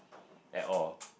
at all